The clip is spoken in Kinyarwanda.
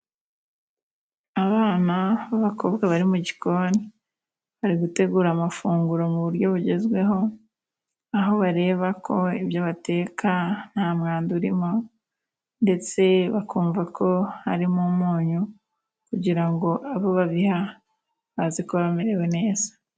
Abana b'abakobwa bari mu gikoni, bari gutegura amafunguro, mu buryo bugezweho, aho bareba ko ibyo bateka nta mwanda urimo, ndetse bakumva ko harimo umunyu, kugira ngo abo babiha baze kuba bamerewe neza.